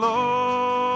Lord